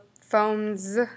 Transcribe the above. phones